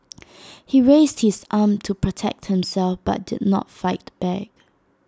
he raised his arm to protect himself but did not fight back